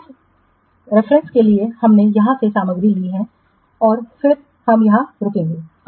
तो यह संदर्भ है जो हमने इस सामग्री को लिया है और फिर हम यहां रुकेंगे